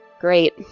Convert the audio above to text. Great